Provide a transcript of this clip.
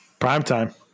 Primetime